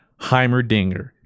Heimerdinger